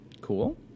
Cool